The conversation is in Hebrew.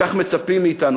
לכך מצפים מאתנו,